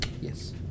yes